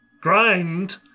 Grind